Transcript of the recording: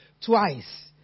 twice